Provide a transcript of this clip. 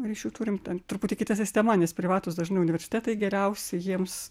ryšių turim ten truputį kita sistema nes privatūs dažnai universitetai geriausi jiems